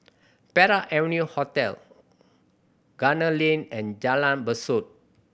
Park Avenue Hotel Gunner Lane and Jalan Besut